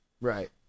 right